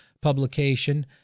publication